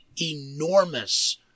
enormous